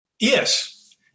Yes